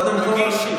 תגישי.